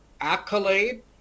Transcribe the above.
accolade